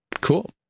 Cool